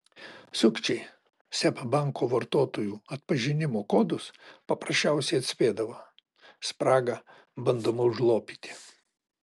sukčiai seb banko vartotojų atpažinimo kodus paprasčiausiai atspėdavo spragą bandoma užlopyti